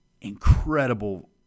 incredible